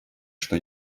что